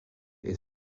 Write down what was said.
est